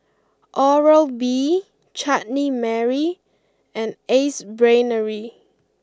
Oral B Chutney Mary and Ace Brainery